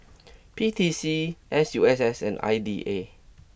P T C S U S S and I D A